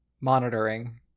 monitoring